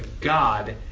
God